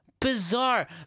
bizarre